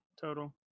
total